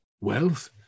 wealth